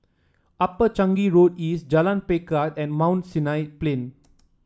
Upper Changi Road East Jalan Pelikat and Mount Sinai Plain